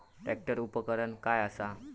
Tractor उपकरण काय असा?